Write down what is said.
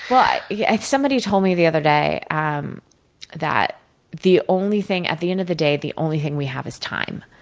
yeah like somebody told me the other day, um that the only thing at the end of the day, the only thing we have is time.